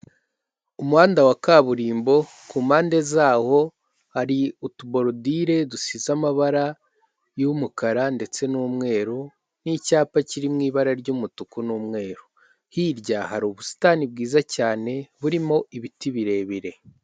Umuhanda wa kaburimbo ku mpande zawo hari utuborudire dusize amabara y'umukara ndetse n'umweru n'icyapa kiri mu ibara ry'umutuku n'umweru, hirya hari ubusitani bwiza cyane burimo ibiti birebire.